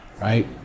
right